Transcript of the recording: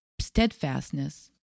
steadfastness